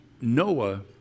Noah